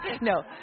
no